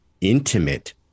intimate